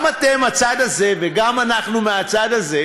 גם אתם מהצד הזה, וגם אנחנו מהצד הזה,